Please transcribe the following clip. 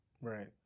right